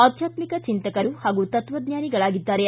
ಆಧ್ಯಾತ್ರಿಕ ಚಿಂತಕರು ಹಾಗೂ ತತ್ವಜ್ವಾನಿಗಳಾಗಿದ್ದಾರೆ